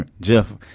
Jeff